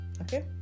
okay